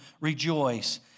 rejoice